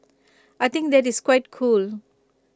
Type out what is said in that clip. I think that is quite cool